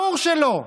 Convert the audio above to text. ברור שלא.